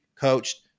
coached